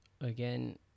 Again